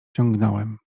ciągnąłem